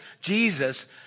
Jesus